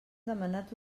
demanat